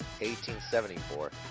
1874